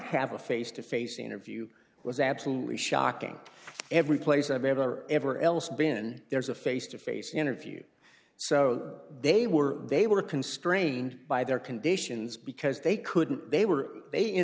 have a face to face interview it was absolutely shocking every place i've ever ever else been there's a face to face interview so they were they were constrained by their conditions because they couldn't they were they in